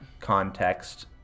context